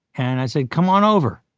and i said, come on over.